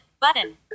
button